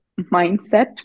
mindset